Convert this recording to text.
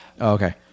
okay